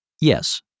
Yes